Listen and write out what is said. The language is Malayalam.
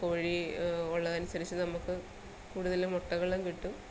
കോഴി ഉള്ളതനുസരിച്ച് നമ്മൾക്ക് കൂടുതൽ മുട്ടകളും കിട്ടും